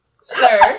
sir